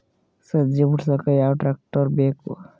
ಸಜ್ಜಿ ಬಿಡಸಕ ಯಾವ್ ಟ್ರ್ಯಾಕ್ಟರ್ ಬೇಕು?